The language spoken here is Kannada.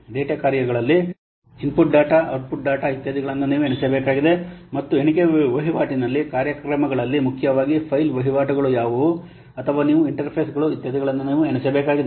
ಡೇಟಾ ಕಾರ್ಯಗಳಲ್ಲಿ ಇನ್ಪುಟ್ ಡೇಟಾವನ್ನು ಔಟ್ಪುಟ್ ಡೇಟಾ ಇತ್ಯಾದಿಗಳನ್ನು ನೀವು ಎಣಿಸಬೇಕಾಗಿದೆ ಮತ್ತು ಎಣಿಕೆ ವಹಿವಾಟಿನ ಕಾರ್ಯಗಳಲ್ಲಿ ಮುಖ್ಯವಾಗಿ ಫೈಲ್ ವಹಿವಾಟುಗಳು ಯಾವುವು ಅಥವಾ ನೀವು ಇಂಟರ್ಫೇಸ್ಗಳು ಇತ್ಯಾದಿಗಳನ್ನು ನೀವು ಎಣಿಸಬೇಕಾಗಿದೆ